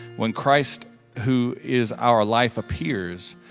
when christ who is our life appears,